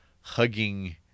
hugging